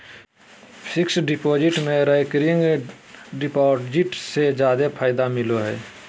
fixed deposit में recurring deposit से जादे ब्याज मिलो हय